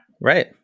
Right